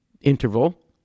interval